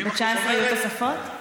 ב-2019 היו תוספות?